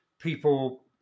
People